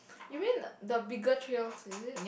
you mean the the bigger trails is it